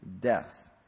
death